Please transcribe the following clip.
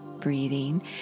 breathing